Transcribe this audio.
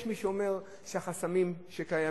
יש מי שאומר שהחסמים שקיימים,